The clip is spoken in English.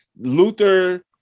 Luther